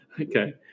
Okay